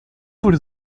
wurde